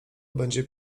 będzie